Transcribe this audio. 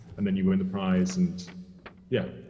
and then you win the prize and yeah.